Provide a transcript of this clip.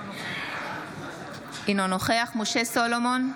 אינו נוכח משה סולומון,